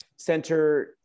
Center